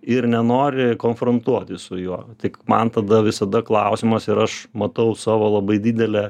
ir nenori konfrontuoti su juo tik man tada visada klausimas ir aš matau savo labai didelę